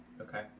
Okay